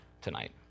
tonight